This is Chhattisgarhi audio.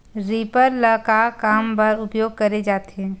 रीपर ल का काम बर उपयोग करे जाथे?